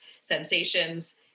sensations